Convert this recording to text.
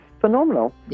phenomenal